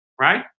right